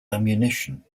ammunition